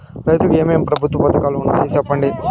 రైతుకు ఏమేమి ప్రభుత్వ పథకాలు ఉన్నాయో సెప్పండి?